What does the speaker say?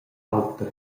auter